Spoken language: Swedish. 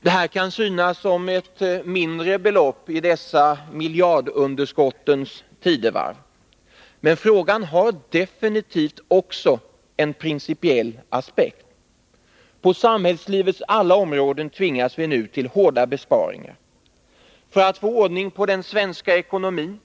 Det kan synas som ett mindre belopp i dessa miljardunderskottens tidevarv. Men frågan har definitivt också en principiell aspekt. På samhällslivets alla områden tvingas vi nu till hårda besparingar. För att få ordning på den svenska ekonomin